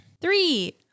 Three